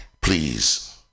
please